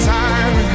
time